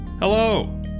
hello